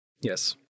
Yes